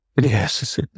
Yes